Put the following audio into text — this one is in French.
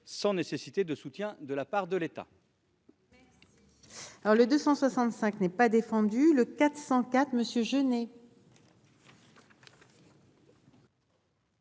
sans nécessiter de soutien de la part de l'État.